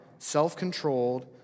self-controlled